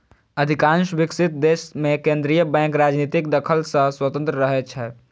अधिकांश विकसित देश मे केंद्रीय बैंक राजनीतिक दखल सं स्वतंत्र रहै छै